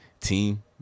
team